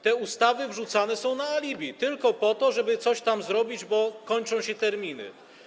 Te ustawy wrzucane są dla alibi, tylko po to, żeby coś tam zrobić, bo kończą się terminy.